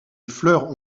fleurs